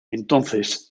entonces